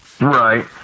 Right